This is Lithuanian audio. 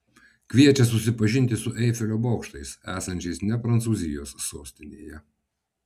kviečia susipažinti su eifelio bokštais esančiais ne prancūzijos sostinėje